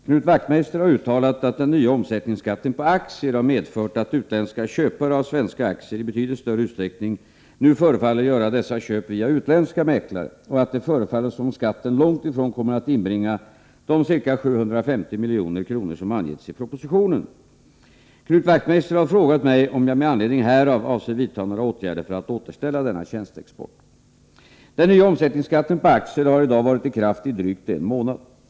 Herr talman! Knut Wachtmeister har uttalat att den nya omsättningsskatten på aktier har medfört att utländska köpare av svenska aktier nu i betydligt större utsträckning förefaller göra dessa köp via utländska mäklare och att det förefaller som om skatten långt ifrån kommer att inbringa de ca 750 milj.kr. som angetts i propositionen . Knut Wachtmeister har frågat mig om jag med anledning härav avser vidta några åtgärder för att återställa denna tjänsteexport. Den nya omsättningsskatten på aktier har i dag varit i kraft i drygt en månad.